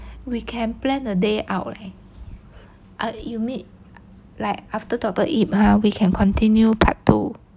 we can plan a day out leh err you mean like after doctor yip !huh! we can continue part two